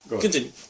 Continue